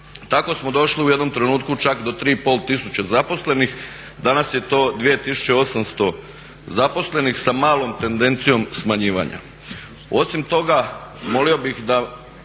Tako smo došli u jednom trenutku čak do 3500 zaposlenih, danas je to 2800 zaposlenih, sa malom tendencijom smanjivanja.